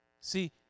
See